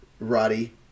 Roddy